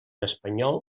espanyol